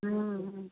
हाँ